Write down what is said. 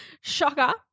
Shocker